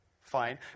fine